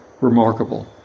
remarkable